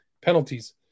Penalties